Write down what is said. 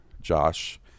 Josh